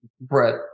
Brett